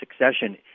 succession